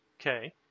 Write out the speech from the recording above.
Okay